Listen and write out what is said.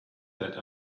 that